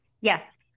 Yes